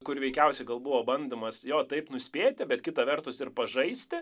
kur veikiausiai buvo bandomas jo taip nuspėti bet kita vertus ir pažaisti